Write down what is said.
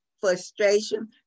frustration